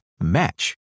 match